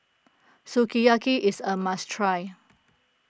Sukiyaki is a must try